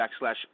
backslash